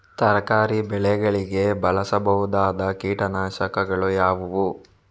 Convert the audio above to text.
ತರಕಾರಿ ಬೆಳೆಗಳಿಗೆ ಬಳಸಬಹುದಾದ ಕೀಟನಾಶಕಗಳು ಯಾವುವು?